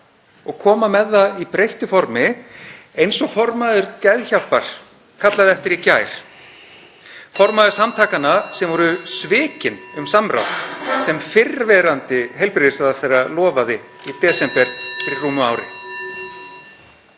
og koma með það í breyttu formi eins og formaður Geðhjálpar kallaði eftir í gær, formaður samtakanna sem (Forseti hringir.) voru svikin um samráð sem fyrrverandi heilbrigðisráðherra lofaði í desember fyrir rúmu ári.